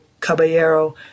Caballero